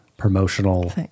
Promotional